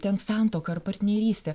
ten santuoką ar partnerystę